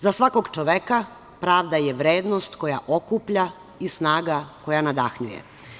Za svakog čoveka pravda je vrednost koja okuplja i snaga koja nadahnjuje.